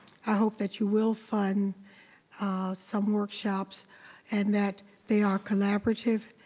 i hope that you will find some workshops and that they are collaborative,